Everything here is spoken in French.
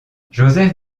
joseph